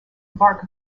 embark